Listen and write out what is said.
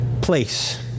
place